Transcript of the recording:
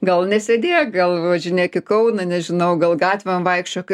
gal nesėdėk gal važinėk į kauną nežinau gal gatvėm vaikščiok